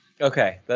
Okay